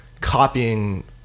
copying